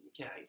Okay